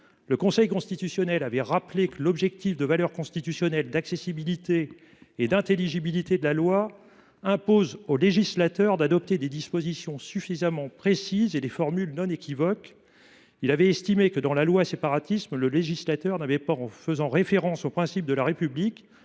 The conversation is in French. le Conseil constitutionnel avait rappelé que « l’objectif de valeur constitutionnelle d’intelligibilité et d’accessibilité de la loi […] impos[ait] [au législateur] d’adopter des dispositions suffisamment précises et des formules non équivoques ». Il avait estimé que, dans la loi contre le séparatisme, le législateur n’avait pas, « en faisant référence aux “principes de la République”,